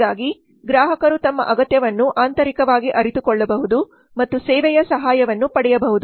ಹೀಗಾಗಿ ಗ್ರಾಹಕರು ತಮ್ಮ ಅಗತ್ಯವನ್ನು ಆಂತರಿಕವಾಗಿ ಅರಿತುಕೊಳ್ಳಬಹುದು ಮತ್ತು ಸೇವೆಯ ಸಹಾಯವನ್ನು ಪಡೆಯಬಹುದು